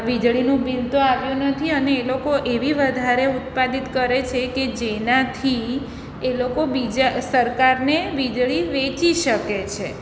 વીજળીનું બિલ તો આવ્યું નથી ને એ લોકો એવી રીતે પણ વધારે ઉત્પાદિત કરે છે કે જેનાથી એ લોકો બીજા સરકારને વીજળી વેચી શકે છે